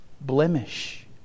blemish